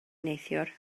neithiwr